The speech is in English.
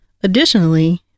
Additionally